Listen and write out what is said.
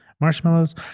Marshmallows